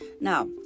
Now